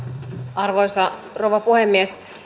arvoisa rouva puhemies